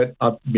up